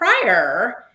prior